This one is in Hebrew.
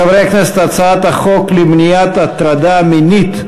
חברי הכנסת, בעד החוק, בקריאה ראשונה,